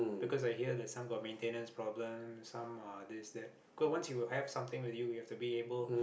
because I heard the some got maintenance problem some uh this that because once you have something with you you have to be able